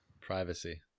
Privacy